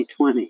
2020